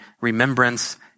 remembrance